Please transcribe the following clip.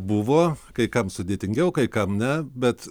buvo kai kam sudėtingiau kai kam ne bet